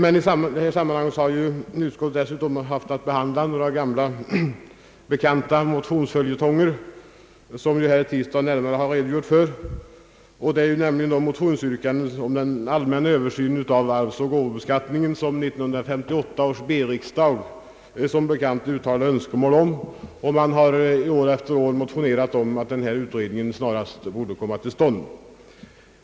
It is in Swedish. I sammanhanget har utskottet också haft att behandla några gamla bekanta motionsföljetonger, som herr Tistad närmare redogjorde för. Det är yrkandena om en allmän Översyn av aryvsoch gåvobeskattningen som 1958 års B-riksdag uttalade önskemål om och som man år efter år motionerat om snarast måtte utredas.